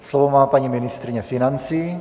Slovo má paní ministryně financí.